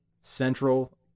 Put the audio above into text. Central